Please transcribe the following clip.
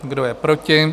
Kdo je proti?